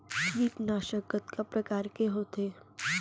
कीटनाशक कतका प्रकार के होथे?